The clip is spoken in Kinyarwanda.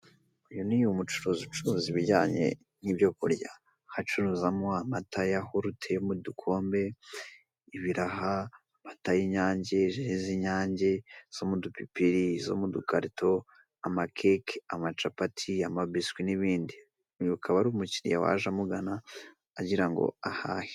Uyu ni umucuruzi ucuruza ibijyanye n'ibyo kurya, aho acuruzamo amata ya yawurute yo mu dukombe, ibiraha, amata y'inyange, ji z'inyange zo mu dupipiri, izo mu dukarito n'izindi. Uyu akaba ari umukiriya waje amugana, agira ngo ahahe.